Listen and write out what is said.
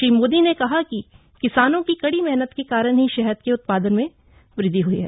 श्री मोदी ने कहा कि किसानों की कड़ी मेहनत के कारण ही शहद के उत्पादन में वृद्वि हुई है